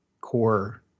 core